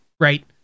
Right